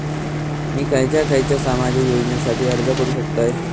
मी खयच्या खयच्या सामाजिक योजनेसाठी अर्ज करू शकतय?